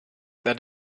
that